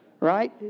Right